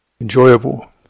enjoyable